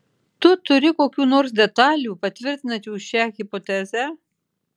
tu turi kokių nors detalių patvirtinančių šią hipotezę